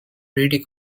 trinity